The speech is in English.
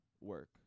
work